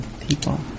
people